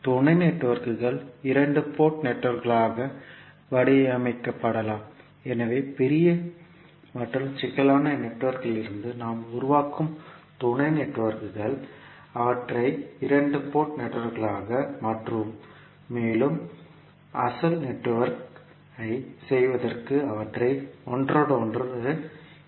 துணை நெட்வொர்க்குகள் இரண்டு போர்ட் நெட்வொர்க்குகளாக வடிவமைக்கப்படலாம் எனவே பெரிய மற்றும் சிக்கலான நெட்வொர்க்கிலிருந்து நாம் உருவாக்கும் துணை நெட்வொர்க்குகள் அவற்றை இரண்டு போர்ட் நெட்வொர்க்காக மாற்றுவோம் மேலும் அசல் நெட்வொர்க் ஐ செய்வதற்கு அவற்றை ஒன்றோடொன்று இணைப்போம்